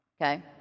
Okay